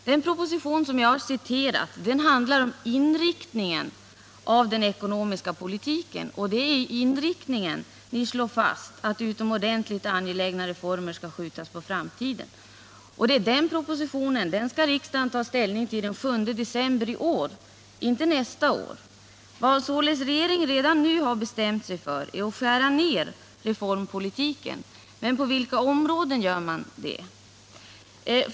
Den proposition som jag citerat i min fråga handlar om inriktningen av den ekonomiska politiken. Där slår ni fast att utomordentligt angelägna reformer skall skjutas på framtiden. Och den propositionen skall riksdagen ta ställning till den 7 december i år — inte nästa år. Vad regeringen således redan nu har bestämt sig för är att skära ner reformpolitiken. Men på vilka områden ämnar man göra det?